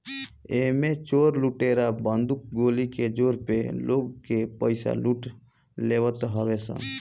एमे चोर लुटेरा बंदूक गोली के जोर पे लोग के पईसा लूट लेवत हवे सन